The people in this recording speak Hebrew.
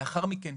לאחר מכן,